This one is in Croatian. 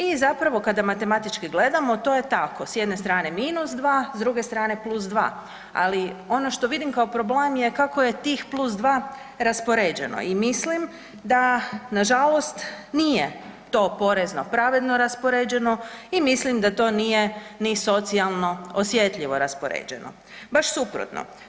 I zapravo kada matematički gledamo to je tako, s jedne strane minus dva, s druge strane plus dva, ali ono što vidim kao problem je kako tih plus dva raspoređeno i mislim da nažalost nije to porezno pravedno raspoređeno i mislim da to nije ni socijalno osjetljivo raspoređeno, baš suprotno.